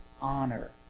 honor